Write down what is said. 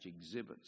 exhibits